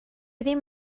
ddim